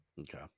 Okay